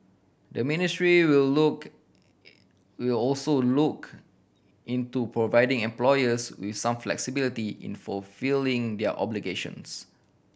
the ministry will look will also look into providing employers with some flexibility in fulfilling their obligations